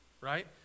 right